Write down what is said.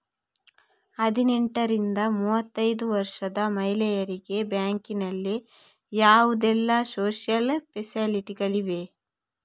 ಹದಿನೆಂಟರಿಂದ ಮೂವತ್ತೈದು ವರ್ಷ ಮಹಿಳೆಯರಿಗೆ ಬ್ಯಾಂಕಿನಲ್ಲಿ ಯಾವುದೆಲ್ಲ ಸೋಶಿಯಲ್ ಫೆಸಿಲಿಟಿ ಗಳಿವೆ?